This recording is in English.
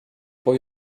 for